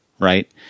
right